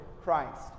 Christ